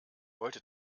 wollte